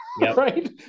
right